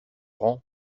rang